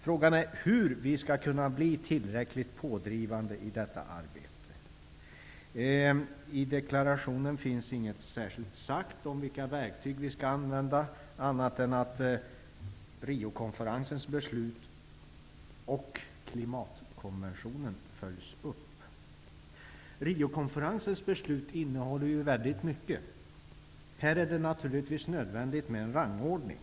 Frågan är hur vi skall bli tillräckligt pådrivande i detta arbete. I deklarationen sägs inget särskilt om vilka verktyg vi skall använda, annat än att Riokonferensens beslut och klimatkonventionen följs upp. Riokonferensens beslut innehåller ju väldigt mycket. Det är naturligtvis nödvändigt med en rangordning.